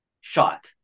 shot